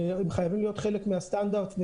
הם חייבים להיות חלק מהסטנדרט של